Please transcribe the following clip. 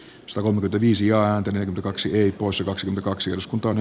suomen viisi ääntä ja kaksi viikossa kaksi kaksi oskun tony